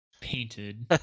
painted